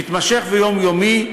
מתמשך ויומיומי,